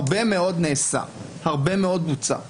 הרבה מאוד נעשה, הרבה מאוד בוצע.